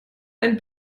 einen